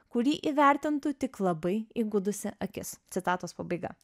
kurį įvertintų tik labai įgudusi akis citatos pabaiga